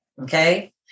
Okay